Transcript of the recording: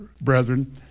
brethren